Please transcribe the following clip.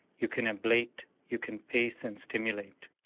you can ablate, you can pace and stimulate.